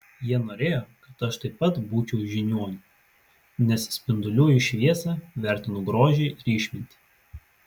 jie norėjo kad aš taip pat būčiau žiniuoniu nes spinduliuoju šviesą vertinu grožį ir išmintį